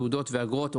תעודות ואגרות),